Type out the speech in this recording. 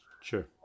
sure